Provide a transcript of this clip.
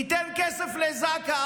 תיתן כסף לזק"א,